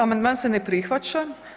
Amandman se na prihvaća.